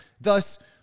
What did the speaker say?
Thus